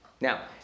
Now